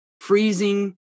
freezing